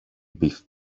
beef